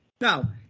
Now